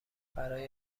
برای